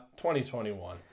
2021